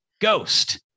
Ghost